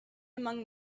among